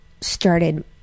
started